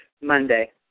Monday